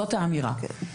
זאת האמירה.